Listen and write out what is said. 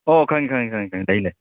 ꯑꯣ ꯈꯪꯉꯤ ꯈꯪꯉꯤ ꯈꯪꯉꯤ ꯈꯪꯉꯤ ꯂꯩ ꯂꯩ